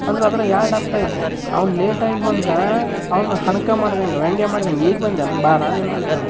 ಅಂದ್ರೆ ಅದ್ರಾಗೆ ಎರಡು ಅರ್ಥ ಐತಿ ಅವ್ನು ಲೇಟಾಗಿ ಬಂದ್ರೆ ಅವ್ನ ಅಣಕ ಮಾಡಿದಂಗ್ ವ್ಯಂಗ್ಯ ಮಾಡಿದಂಗ್ ಈಗ ಬಂದೇನ ಬಾರ ನೀನ್ ಅಂತಂದು